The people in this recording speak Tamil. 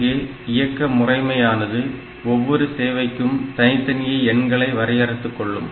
இங்கே இயக்க முறைமையானது ஒவ்வொரு சேவைக்கும் தனித்தனியே எண்களை வரையறுத்துக் கொள்ளும்